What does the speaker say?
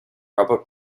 rubber